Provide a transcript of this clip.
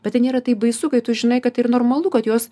bet tai nėra taip baisu kai tu žinai kad tai yra normalu kad jos